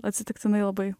atsitiktinai labai